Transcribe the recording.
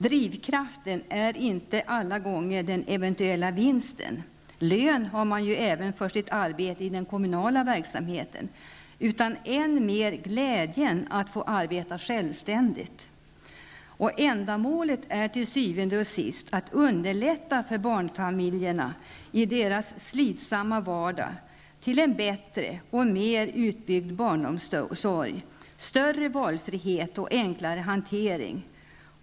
Drivkraften är inte alla gånger den eventuella vinsten -- lön har man även för sitt arbete i den kommunala verksamheten -- utan än mer glädjn att få arbeta självständigt. Ändamålet är till syvende och sist att underlätta för barnfamiljerna i deras slitsamma vardag att få en bättre och mer utbyggd barnomsorg -- större valfrihet och enklare hantering.